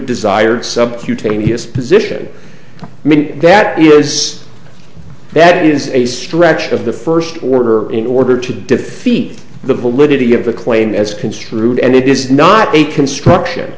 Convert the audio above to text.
subcutaneous position meant that is that is a stretch of the first order in order to defeat the validity of the claim as construed and it is not a construction